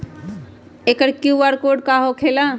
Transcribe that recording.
एकर QR code का होकेला?